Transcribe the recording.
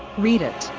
read it,